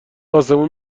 آسمون